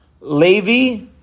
Levi